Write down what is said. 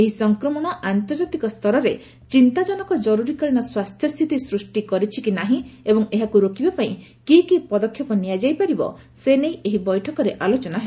ଏହି ସଂକ୍ରମଣ ଆନ୍ତର୍ଜାତିକ ସ୍ତରରେ ଚିନ୍ତାଜନକ ପରି ସ୍ଥିତି ସୃଷ୍ଟି କରିଛି କି ନାହିଁ ଏବଂ ଏହାକୁ ରୋକିବା ପାଇଁ କି କି ପଦକ୍ଷେପ ନିଆଯାଇପାରିବ ସେ ନେଇ ଏହି ବୈଠକରେ ଆଲୋଚନା ହେବ